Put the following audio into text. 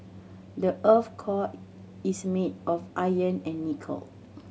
the earth core is made of iron and nickel